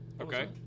Okay